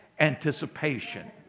anticipation